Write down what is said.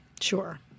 Sure